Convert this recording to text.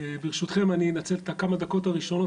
ברשותכם אני אנצל את הכמה דקות הראשונות,